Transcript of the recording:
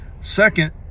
Second